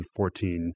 2014